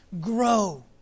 grow